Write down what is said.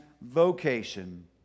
vocation